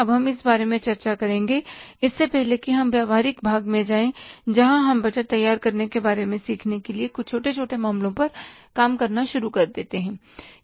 अब हम इस बारे में चर्चा करेंगे इससे पहले कि हम व्यावहारिक भाग में जाएँ जहाँ हम बजट तैयार करने के बारे में सीखने के लिए कुछ छोटे छोटे मामलों पर काम करना शुरू कर दें